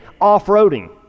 off-roading